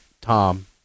Tom